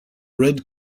red